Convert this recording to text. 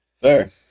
Fair